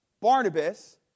Barnabas